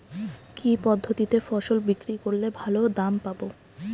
কি পদ্ধতিতে ফসল বিক্রি করলে ভালো দাম পাব?